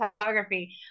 photography